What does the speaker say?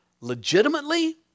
legitimately